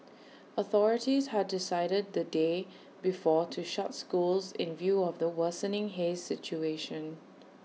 authorities had decided the day before to shut schools in view of the worsening haze situation